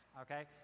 okay